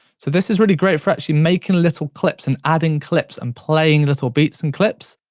so, this is really great for actually making little clips and adding clips and playing little beats and clips.